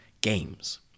games